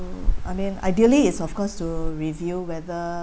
I mean ideally is of course to review whether